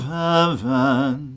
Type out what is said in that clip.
heaven